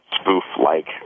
spoof-like